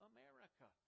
America